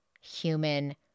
human